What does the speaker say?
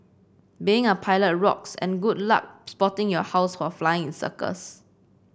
being a pilot rocks and good luck spotting your house while flying in circles